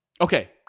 Okay